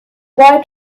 boy